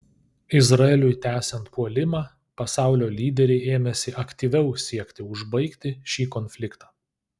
izraeliui tęsiant puolimą pasaulio lyderiai ėmėsi aktyviau siekti užbaigti šį konfliktą